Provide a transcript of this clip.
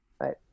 right